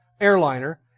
airliner